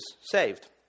saved